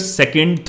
second